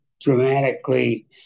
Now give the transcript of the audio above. dramatically